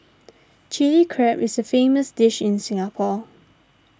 Chilli Crab is a famous dish in Singapore